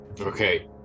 Okay